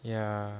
ya